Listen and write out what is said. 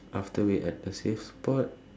after we at the safe spot